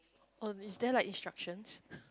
oh is there like instructions